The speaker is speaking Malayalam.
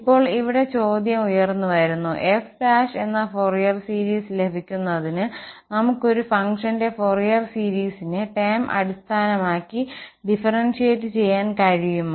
ഇപ്പോൾ ഇവിടെ ചോദ്യം ഉയർന്നുവരുന്നു f എന്ന ഫൊറിയർ സീരീസ് ലഭിക്കുന്നതിന് നമുക്ക് ഒരു ഫംഗ്ഷന്റെ ഫൊറിയർ സീരിസിനെ ടേം അടിസ്ഥാനമാക്കി ഡിഫറെൻസിയേറ്റ് ചെയ്യാൻ കഴിയുമോ